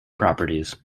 properties